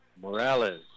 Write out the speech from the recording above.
Morales